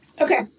Okay